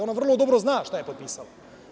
Ona vrlo dobro zna šta je potpisala.